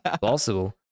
possible